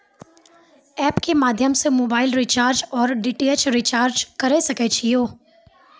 App के माध्यम से मोबाइल रिचार्ज ओर डी.टी.एच रिचार्ज करऽ सके छी यो?